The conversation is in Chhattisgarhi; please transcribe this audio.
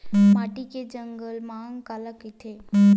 माटी के जलमांग काला कइथे?